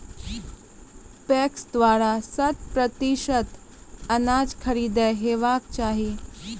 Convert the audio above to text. PACS द्वारा शत प्रतिसत अनाज खरीद हेवाक चाही?